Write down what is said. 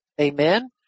Amen